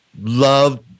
love